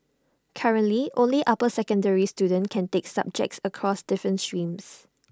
currently only upper secondary students can take subjects across different streams